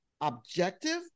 objective